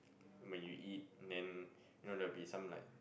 when you eat then you know there will be some like